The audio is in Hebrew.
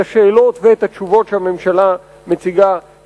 את השאלות ואת התשובות שהממשלה מציגה,